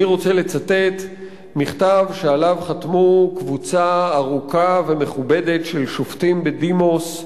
אני רוצה לצטט מכתב שחתמו עליו קבוצה ארוכה ומכובדת של שופטים בדימוס,